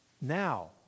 Now